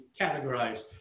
categorized